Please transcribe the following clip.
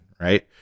right